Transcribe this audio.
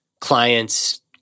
clients